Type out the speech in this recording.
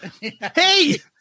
Hey